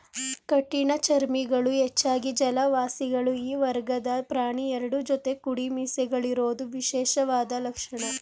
ಕಠಿಣಚರ್ಮಿಗಳು ಹೆಚ್ಚಾಗಿ ಜಲವಾಸಿಗಳು ಈ ವರ್ಗದ ಪ್ರಾಣಿ ಎರಡು ಜೊತೆ ಕುಡಿಮೀಸೆಗಳಿರೋದು ವಿಶೇಷವಾದ ಲಕ್ಷಣ